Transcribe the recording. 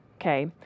Okay